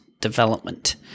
development